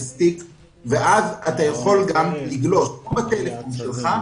ואז אתה יכול גם לגלוש כמו בטלפון שלך,